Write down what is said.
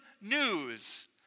news